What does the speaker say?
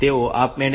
interrupts 5